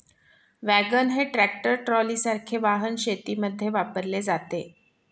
wagon हे tractor ट्रॉलीसारखे वाहन शेतीमध्ये वापरले जाते